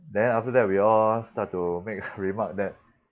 then after that we all start to make remark that